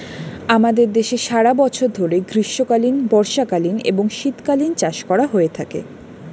আমাদের দেশে সারা বছর ধরে গ্রীষ্মকালীন, বর্ষাকালীন এবং শীতকালীন চাষ করা হয়ে থাকে